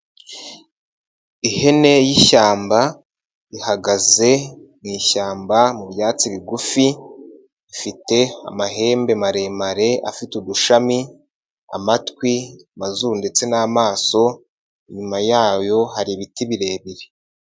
Ihene y'ishyamba ihagaze mu ishyamba mu byatsi bigufi, ifite amahembe maremare afite udushami, amatwi, amazuru ndetse n'amaso, inyuma yayo hari ibiti birebire.